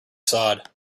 facade